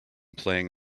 playing